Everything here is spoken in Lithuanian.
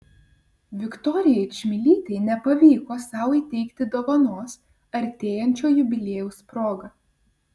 viktorijai čmilytei nepavyko sau įteikti dovanos artėjančio jubiliejaus proga